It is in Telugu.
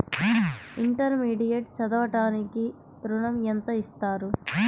ఇంటర్మీడియట్ చదవడానికి ఋణం ఎంత ఇస్తారు?